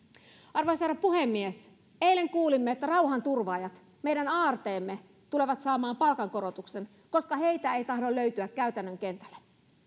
arvoisa herra puhemies eilen kuulimme että rauhanturvaajat meidän aarteemme tulevat saamaan palkankorotuksen koska heitä ei tahdo löytyä käytännön kentälle